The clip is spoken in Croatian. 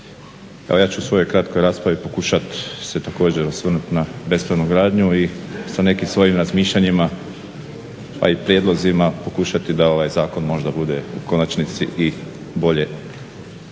ja ću u svojoj kratkoj raspravi pokušat se također osvrnut na bespravnu gradnju i sa nekim svojim razmišljanjima pa i prijedlozima pokušati da ovaj zakon možda bude u konačnici i bolje